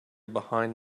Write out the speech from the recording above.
behind